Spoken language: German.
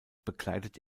bekleidet